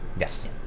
yes